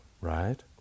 Right